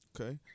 Okay